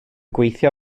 gweithio